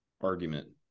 argument